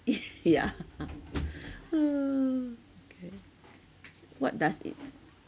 if yeah uh okay what does it